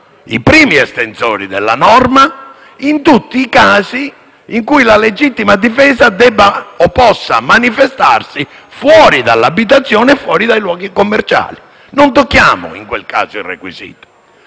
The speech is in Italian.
i primi estensori nella norma, in tutti i casi in cui la legittima difesa debba o possa manifestarsi fuori dall'abitazione e fuori dai luoghi commerciali. In quel caso non tocchiamo il requisito.